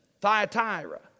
Thyatira